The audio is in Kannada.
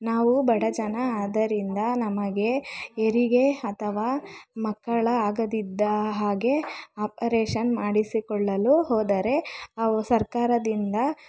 ನಾವು ಬಡ ಜನ ಆದ್ದರಿಂದ ನಮಗೆ ಹೆರಿಗೆ ಅಥವಾ ಮಕ್ಕಳು ಆಗದಿದ್ದ ಹಾಗೆ ಆಪರೇಷನ್ ಮಾಡಿಸಿಕೊಳ್ಳಲು ಹೋದರೆ ಅವು ಸರ್ಕಾರದಿಂದ